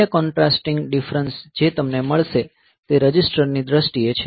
બીજા contrasting difference જે તમને મળશે તે રજીસ્ટર ની દ્રષ્ટિએ છે